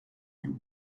and